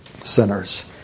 sinners